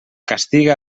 castiga